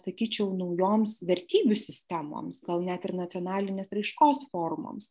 sakyčiau naujoms vertybių sistemoms gal net ir nacionalinės raiškos formoms